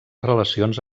relacions